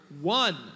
one